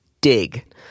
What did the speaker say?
dig